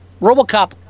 Robocop